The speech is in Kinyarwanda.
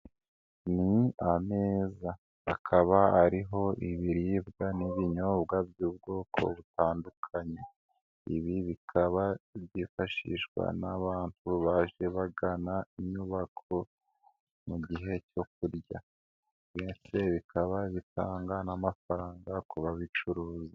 Ni ameza akaba ariho ibiribwa n'ibinyobwa by'ubwoko butandukanye. Ibi bikaba byifashishwa n'abantu baje bagana inyubako. Mu gihe cyo kurya ndetse bikaba bitanga n'amafaranga ku babicuruza.